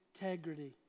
integrity